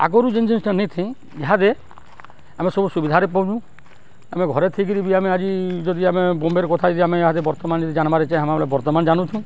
ଆଗରୁ ଯେନ୍ ଜିନିଷ୍ଟା ନେଇଥାଇ ଇହାଦେ ଆମେ ସବୁ ସୁବିଧାରେ ପଉଚୁଁ ଆମେ ଥାଇକରି ବି ଆମେ ଆଜି ଯଦି ଆମେ ବମ୍ବେର୍ କଥା ଯଦି ଆମେ ଇହାଦେ ଆମେ ବର୍ତ୍ତମାନ୍ ଯଦି ଜାନ୍ବାର୍କେ ଚାହେମା ବେଲେ ବର୍ତ୍ତମାନ୍ ଜନୁଛୁ